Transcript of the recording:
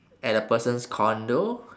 at a person's condo